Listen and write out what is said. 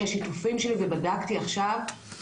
שהשיתופים שלי ובדקתי עכשיו,